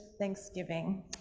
thanksgiving